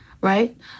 right